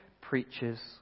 preaches